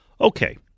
Okay